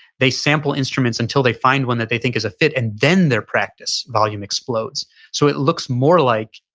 they sample instruments until they find one that they think is a fit and then their practice volume explodes so it looks more like,